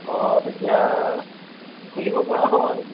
অ' তেতিয়া খুলিব পৰা হয়